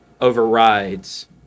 overrides